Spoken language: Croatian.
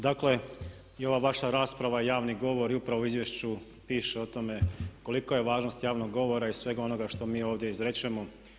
Dakle i ova vaša rasprava i javni govor i upravo u izvješću piše o tome koliko je važnost javnog govora i svega onoga što mi ovdje izrečemo.